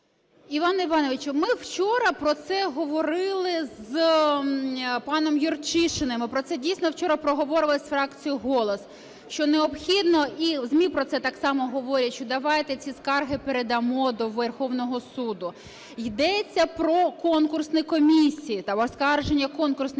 Іване Івановичу, ми вчора про це говорили з паном Юрчишиним і про це дійсно вчора проговорювалося з фракцією "Голос", що необхідно… і ЗМІ про це так само говорять, що давайте ці скарги передамо до Верховного Суду. Йдеться про конкурсні комісії, там оскарження конкурсної комісії,